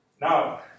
Now